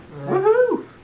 Woohoo